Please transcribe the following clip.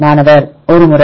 மாணவர் ஒரு முறை